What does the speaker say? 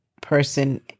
person